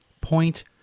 point